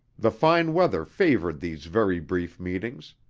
the fine weather favored these very brief meetings,